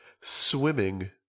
Swimming